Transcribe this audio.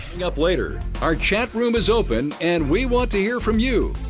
yeah up later, our chat room is open, and we want to hear from you.